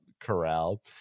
corral